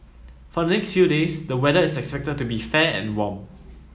for the next few days the weather is expected to be fair and warm